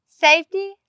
Safety